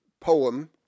poem